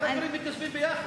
מתיישבים ביחד?